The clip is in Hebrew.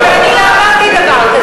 אבל לא אמרתי דבר כזה.